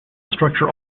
structure